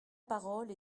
parole